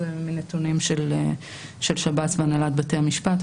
זה מנתונים של שב"ס והנהלת בתי המשפט.